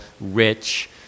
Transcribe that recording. rich